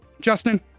Justin